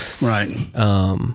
Right